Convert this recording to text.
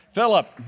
Philip